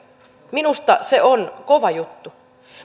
minusta se on kova juttu